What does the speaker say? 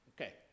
Okay